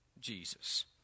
Jesus